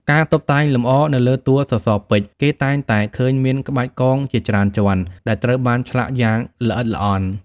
ការតុបតែងលម្អ នៅលើតួសសរពេជ្រ គេតែងតែឃើញមាន ក្បាច់កងជាច្រើនជាន់ ដែលត្រូវបានឆ្លាក់យ៉ាងល្អិតល្អន់។